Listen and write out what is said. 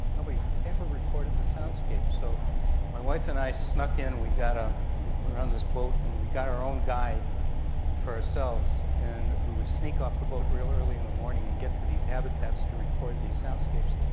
nobody has ever recorded the soundscape. so my wife and i snuck in, we ah were on this boat and we got our own guide for ourselves, and we would sneak off the boat really early in the morning and get to these habitats to record these soundscapes.